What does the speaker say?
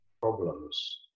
problems